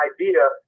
idea